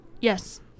Yes